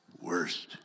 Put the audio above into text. worst